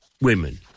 women